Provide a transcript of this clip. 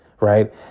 right